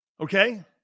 Okay